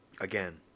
again